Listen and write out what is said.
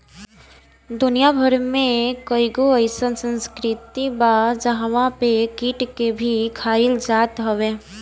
दुनिया भर में कईगो अइसन संस्कृति बा जहंवा पे कीट के भी खाइल जात हवे